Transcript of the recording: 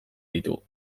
ditu